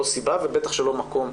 לא סיבה ולא מקום